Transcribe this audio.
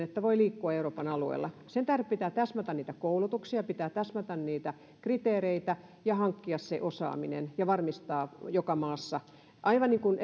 että voivat liikkua euroopan alueella sen tähden pitää täsmätä niitä koulutuksia pitää täsmätä niitä kriteereitä ja hankkia se osaaminen ja varmistaa ne joka maassa aivan niin kuin